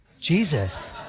Jesus